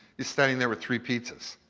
he's standing there with three pizzas,